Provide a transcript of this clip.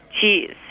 cheese